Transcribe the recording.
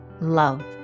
love